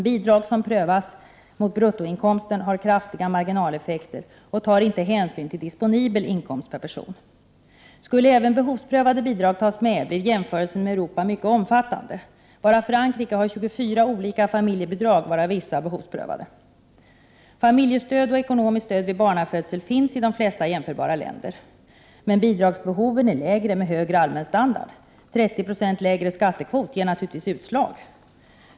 Bidrag som prövats mot bruttoinkomsten har kraftiga marginaleffekter och tar inte hänsyn till disponibel inkomst per person. Skulle även behovsprövade bidrag tas med blir jämförelsen med Europa mycket omfattande. I Frankrike har man t.ex. 24 olika familjebidrag, varav vissa är behovsprövade. Familjestöd och ekonomiskt stöd vid barnafödsel finns i de flesta jämförbara länder, men bidragsbehoven är lägre med högre allmän standard. 30 96 lägre skattekvot ger naturligtvis utslag.